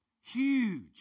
Huge